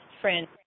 friends